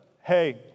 Hey